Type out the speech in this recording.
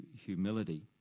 humility